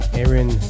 Aaron